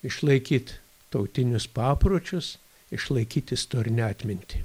išlaikyt tautinius papročius išlaikyt istorinę atmintį